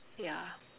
yeah